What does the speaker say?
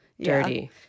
Dirty